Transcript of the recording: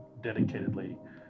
dedicatedly